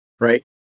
Right